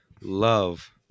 love